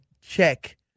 check